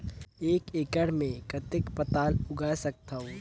एक एकड़ मे कतेक पताल उगाय सकथव?